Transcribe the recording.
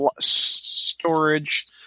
storage